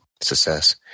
success